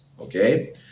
Okay